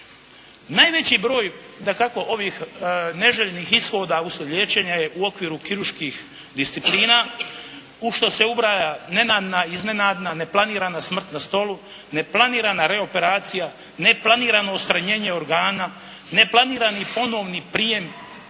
dakako ovih neželjenih ishoda uslijed liječenja je u okviru kirurških disciplina u što se ubraja nenadana, iznenadna neplanirana smrt na stolu, neplanirana reoperacija, neplanirano odstranjenje organa. Neplanirani ponovni prijem